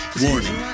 Warning